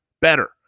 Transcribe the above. better